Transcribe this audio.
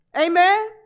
Amen